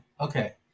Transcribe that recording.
okay